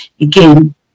again